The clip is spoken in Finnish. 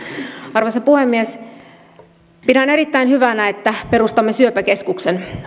arvoisa puhemies pidän erittäin hyvänä että perustamme syöpäkeskuksen